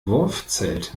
wurfzelt